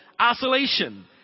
isolation